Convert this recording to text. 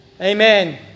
amen